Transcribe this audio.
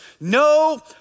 no